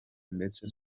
ndetse